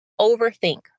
overthink